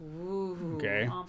Okay